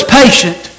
patient